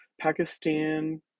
Pakistan